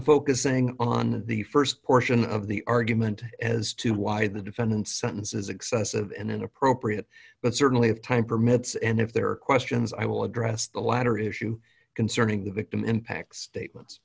focusing on the st portion of the argument as to why the defendant sentence is excessive and inappropriate but certainly if time permits and if there are questions i will address the latter issue concerning the victim impact statements